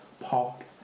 pop